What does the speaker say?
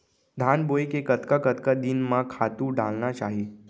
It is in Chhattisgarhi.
धान बोए के कतका कतका दिन म खातू डालना चाही?